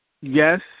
yes